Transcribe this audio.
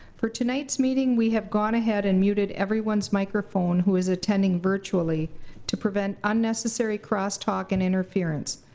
for tonight's meeting we have gone ahead and muted everyone's microphone who is attending virtually to prevent unnecessary crosstalk and interference.